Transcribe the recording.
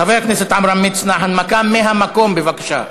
חבר הכנסת עמרם מצנע, הנמקה מהמקום, בבקשה.